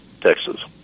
Texas